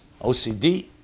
OCD